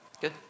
Good